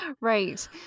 Right